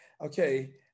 okay